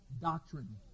doctrine